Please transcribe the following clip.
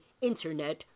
internet